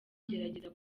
gerageza